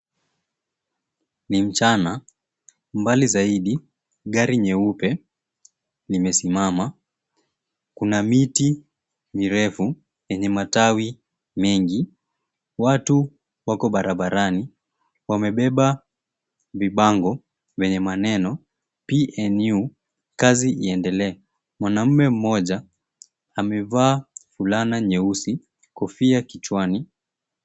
Ni mchana, Mbali zaidi, gari nyeupe limesimama. Kuna miti mirefu yenye matawi mengi. Watu wako barabarani, wamebeba vibango vyenye maneno PNU, Kazi Iendelee. Mwanaume mmoja amevaa fulana nyeusi, kofia kichwani.